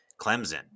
Clemson